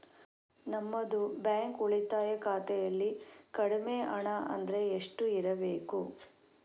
ನಮ್ಮದು ಬ್ಯಾಂಕ್ ಉಳಿತಾಯ ಖಾತೆಯಲ್ಲಿ ಕಡಿಮೆ ಹಣ ಅಂದ್ರೆ ಎಷ್ಟು ಇರಬೇಕು?